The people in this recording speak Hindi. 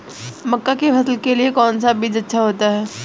मक्का की फसल के लिए कौन सा बीज अच्छा होता है?